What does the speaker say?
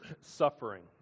suffering